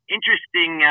Interesting –